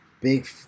big